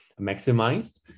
maximized